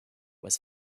was